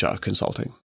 consulting